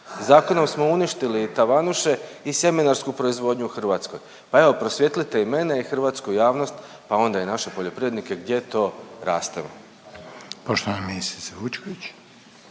Zakonom smo uništili tavanuše i sjemenarsku proizvodnju u Hrvatskoj. Pa evo prosvijetlite i mene i hrvatsku javnost pa onda i naše poljoprivrednike gdje to raste? **Reiner, Željko